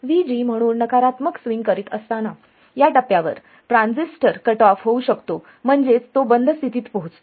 VG म्हणून नकारात्मक swing करीत असताना या टप्प्यावर ट्रान्झिस्टर कट ऑफ होऊ शकतो म्हणजेच तो बंद स्थितीत पोहोचतो